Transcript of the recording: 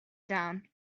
down